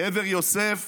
קבר יוסף